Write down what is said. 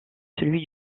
celui